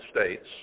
States